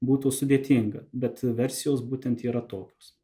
būtų sudėtinga bet versijos būtent yra tokios